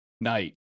night